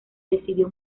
decidió